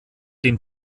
dem